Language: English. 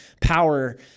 power